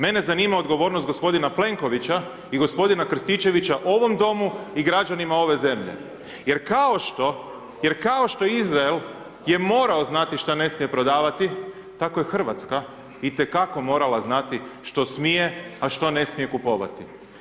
Mene zanima odgovornost gospodina Plenkovića i gospodina Krstičevića ovom domu i građanima ove zemlje, jer kao što, jer kao što Izrael je morao znati šta ne smije prodavati, tako je Hrvatska i te kako morala znati što smije, a što ne smije kupovati.